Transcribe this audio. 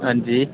हां जी